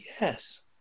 yes